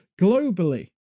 globally